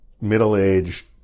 middle-aged